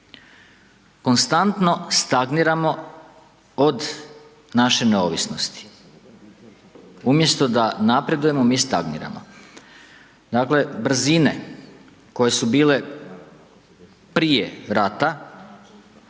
Konstantno stagniramo od naše neovisnosti, umjesto da napredujemo, mi stagniramo. Dakle, brzine koje su bile prije rata,